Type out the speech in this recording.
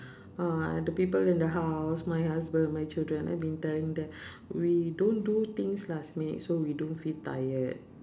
uh the people in the house my husband my children I've been telling them we don't do things last minute so we don't feel tired